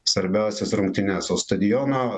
svarbiausias rungtynes o stadiono